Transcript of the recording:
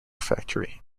factory